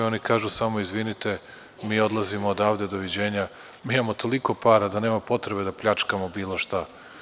Oni kažu samo – izvinite, mi odlazimo odavde, doviđenja, mi imamo toliko para da nema potrebe da pljačkamo bilo šta.